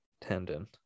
tendon